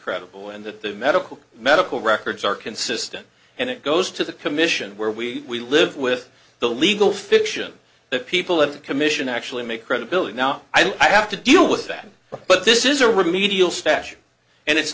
credible and that the medical medical records are consistent and it goes to the commission where we live with the legal fiction the people of the commission actually make credibility now i have to deal with that but this is a remedial stash and it's